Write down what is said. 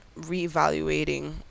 reevaluating